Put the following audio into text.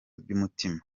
by’umutima